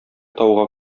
тауга